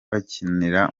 bakinira